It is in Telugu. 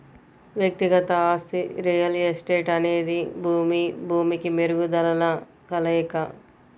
వ్యక్తిగత ఆస్తి రియల్ ఎస్టేట్అనేది భూమి, భూమికి మెరుగుదలల కలయిక